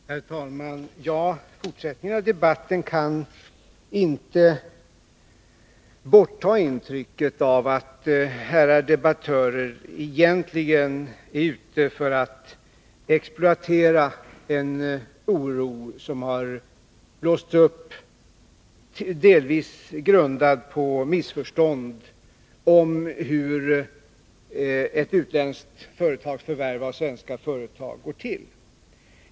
Herr talman! Fortsättningen av debatten har inte kunna förta intrycket att herrar debattörer egentligen är ute för att exploatera en oro som har blåsts upp och som delvis är grundad på missförstånd av hur ett utländskt företags förvärv av svenskt företag går till.